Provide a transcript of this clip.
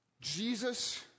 Jesus